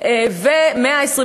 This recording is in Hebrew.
כדי להמשיך את הסיפור היהודי,